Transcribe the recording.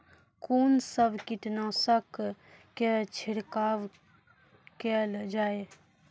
कून सब कीटनासक के छिड़काव केल जाय?